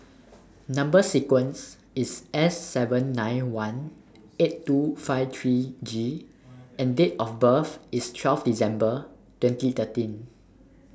Number sequence IS S seven nine one eight two five three G and Date of birth IS twelve December twenty thirteen